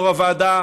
יו"ר הוועדה,